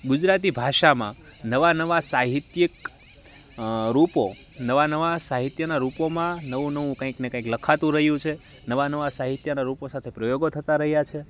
ગુજરાતી ભાષામાં નવાં નવાં સાહિત્યક રૂપો નવાં નવાં સાહિત્યનાં રૂપોમાં નવું નવું કાઇંક ને કાઇંક લખાતું રહ્યું છે નવાં નવાં સાહિત્યનાં રૂપો સાથે પ્રયોગો થતા રહ્યા છે